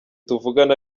tuvugana